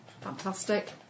Fantastic